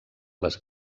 les